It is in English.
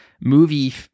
movie